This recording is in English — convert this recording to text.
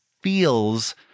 feels